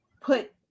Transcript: put